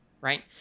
Right